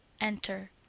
enter